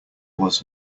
was